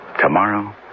Tomorrow